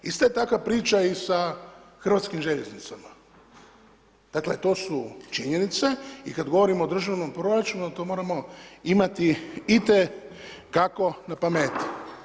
Isto je takva priča i sa hrvatskim željeznicama, dakle, to su činjenice i kada govorimo o državnom proračunu, to moramo imati itekako na pameti.